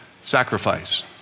sacrifice